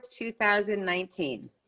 2019